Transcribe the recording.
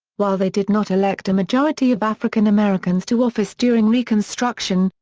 while they did not elect a majority of african americans to office during reconstruction,